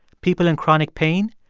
people in chronic pain,